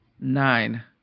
Nine